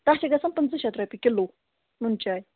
تتھ چھِ گَژھان پٕنٛژٕہ شتھ رۄپیہِ کِلوٗ نُنہٕ چاے